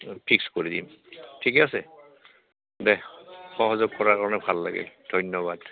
fix কৰি দিম ঠিকে আছে দে সহযোগ কৰাৰ কাৰণে ভাল লাগিল ধন্যবাদ